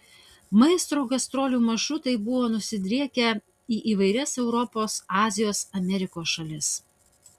maestro gastrolių maršrutai buvo nusidriekę į įvairias europos azijos amerikos šalis